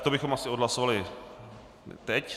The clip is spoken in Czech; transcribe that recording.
To bychom asi odhlasovali teď.